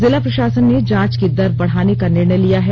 जिला प्रशासन ने जांच की दर बढ़ाने का निर्णय लिया है